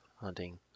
hunting